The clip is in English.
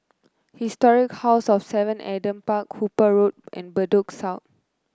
Historic House of Seven Adam Park Hooper Road and Bedok South